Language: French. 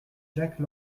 jacques